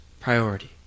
priority